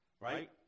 Right